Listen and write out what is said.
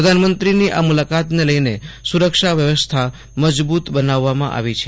પ્રધાનમંત્રીની આ મુલાકાતને લઇને સુરક્ષા વ્યવસ્થા મજબૂત બનાવવામાં આવી છે